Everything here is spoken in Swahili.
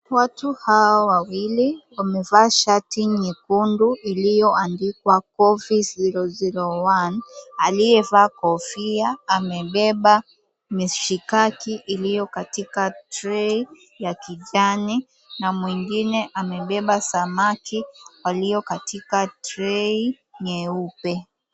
Watu hawa wawili, wamevaa shati nyekundu iliyoandikwa, Cafe 001. Aliyevaa kofia amebeba mishikaki iliyo katika trei ya kijani, na mwingine amebeba samaki walio katika trei nyeupe.